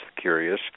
curious